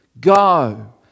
Go